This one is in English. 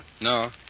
No